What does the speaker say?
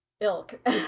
ilk